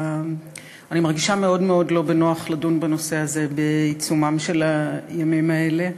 אני מרגישה מאוד לא בנוח לדון בנושא הזה בעיצומם של הימים האלה,